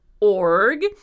org